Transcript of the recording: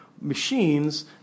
machines